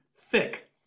thick